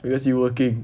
because you working